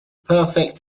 perfect